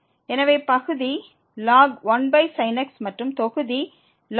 எனவே பகுதி ln 1sin x மற்றும் தொகுதி ln x ஆகும்